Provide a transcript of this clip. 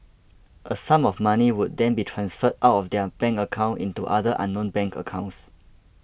a sum of money would then be transferred out of their bank account into other unknown bank accounts